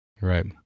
Right